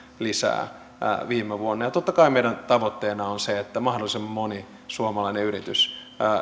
lisää viime vuonna ja totta kai meidän tavoitteenamme on se että mahdollisimman moni suomalainen yritys